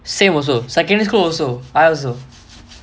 same also secondary school also I also